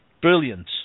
Brilliant